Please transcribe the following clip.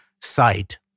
sight